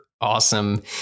awesome